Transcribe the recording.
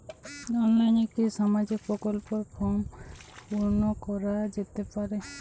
অনলাইনে কি সামাজিক প্রকল্পর ফর্ম পূর্ন করা যেতে পারে?